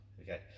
okay